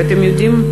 ואתם יודעים?